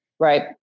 Right